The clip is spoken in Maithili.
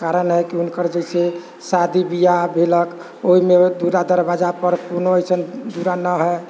कारण हइ हुनकर जइसे शादी बिआह भेलक ओहिमे दुअरा दरवाजापर कोनो अइसन दुअरा नहि हइ